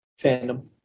fandom